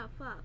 up